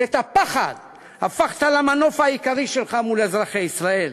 ואת הפחד הפכת למנוף העיקרי שלך מול אזרחי ישראל,